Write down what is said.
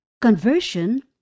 conversion